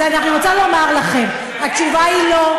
לא, אז אני רוצה לומר לכם, התשובה היא לא.